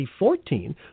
2014